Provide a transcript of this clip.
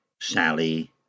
Sally